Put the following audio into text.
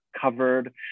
covered